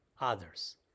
others